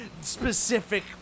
specific